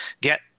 get